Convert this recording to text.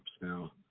Now